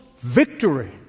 victory